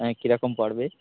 হ্যাঁ কিরকম পড়বে